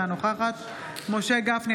אינה נוכחת משה גפני,